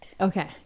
Okay